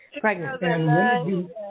pregnant